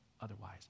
otherwise